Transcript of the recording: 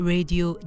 Radio